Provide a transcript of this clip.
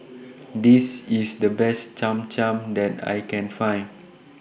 This IS The Best Cham Cham that I Can Find